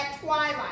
twilight